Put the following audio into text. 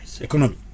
Economy